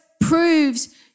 proves